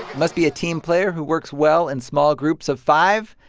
must be a team player who works well in small groups of five,